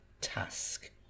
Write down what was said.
task